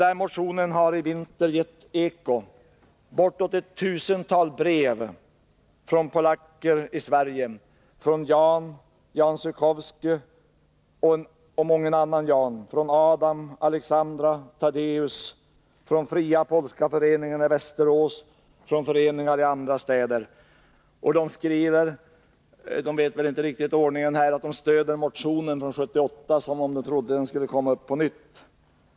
Den motionen har i vinter gett eko — bortåt ett tusental brev från polacker i Sverige, från Jan Zuchowski och mången annan Jan, från Adam, Aleksandra och Taddeus, från Fria Polska föreningen i Västerås, från föreningar i andra städer. De skriver att de stöder motionen från 1978. De känner väl inte riktigt till ordningen här, utan det verkar som om de trodde att den skulle komma upp på nytt.